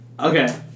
Okay